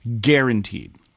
guaranteed